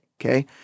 okay